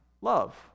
love